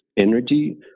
Energy